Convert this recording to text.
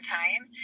time